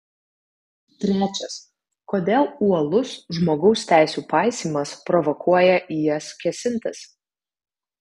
trečias kodėl uolus žmogaus teisių paisymas provokuoja į jas kėsintis